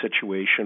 situation